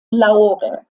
lahore